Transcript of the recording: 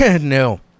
no